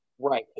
Right